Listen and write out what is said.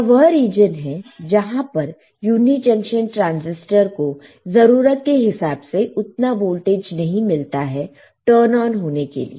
यह वह रीजन है जहां पर यूनी जंक्शन ट्रांसिस्टर को जरूरत के हिसाब से उतना वोल्टेज नहीं मिलता है टर्न ऑन होने के लिए